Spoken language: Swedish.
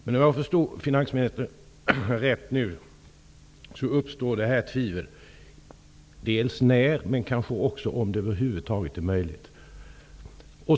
Men om jag förstod finansministern rätt har tvivel uppstått om när detta kan genomföras, men kanske också tvivel på om det över huvud taget är möjligt.